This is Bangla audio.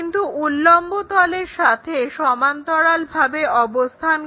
কিন্তু উল্লম্ব তলের সাথে সমান্তরালভাবে অবস্থান করে